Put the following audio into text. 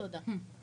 תודה.